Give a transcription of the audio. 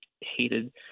hated